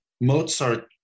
Mozart